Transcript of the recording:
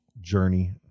journey